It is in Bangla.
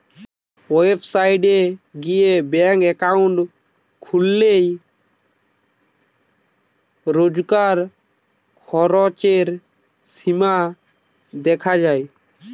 ওয়েবসাইট গিয়ে ব্যাঙ্ক একাউন্ট খুললে রোজকার খরচের সীমা দেখা যায়